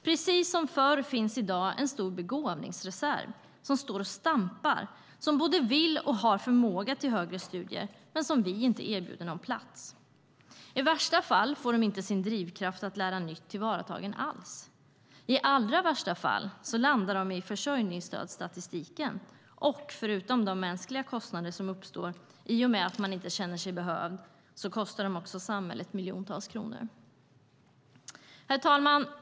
Precis som förr finns i dag en stor begåvningsreserv som står och stampar och som både vill och har förmåga till högre studier, men som vi inte erbjuder någon plats. I värsta fall får de inte sin drivkraft att lära nytt tillvaratagen alls. I allra värsta fall landar de i försörjningsstödsstatistiken, och förutom de mänskliga kostnader som uppstår i och med att man inte känner sig behövd kostar de samhället miljontals kronor. Herr talman!